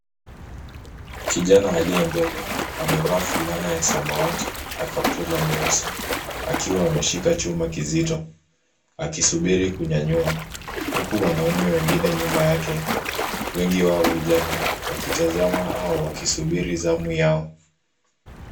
Kijana aliye mbele, amevaa fulana ya samawati na kaptula nyeusi, akiwa ameshika chuma kizito, akisubiri kunyanyua huku wanaume wengine nyuma yake, wengi wao vijana wakitazama au wakisubiri zamu yao.